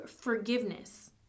forgiveness